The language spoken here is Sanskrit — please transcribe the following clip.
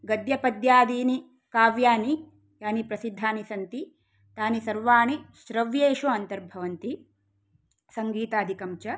गद्यपद्यादीनि काव्यानि यानि प्रसिद्धानि सन्ति तानि सर्वाणि श्रव्येषु अन्तर्भवन्ति सङ्गीतादीकं च